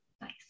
Nice